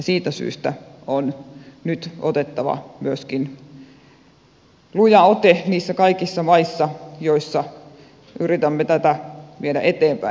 siitä syystä on nyt otettava myöskin luja ote kaikissa niissä maissa joissa yritämme tätä viedä eteenpäin